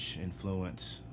influence